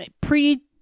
pre